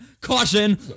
CAUTION